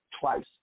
twice